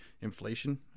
inflation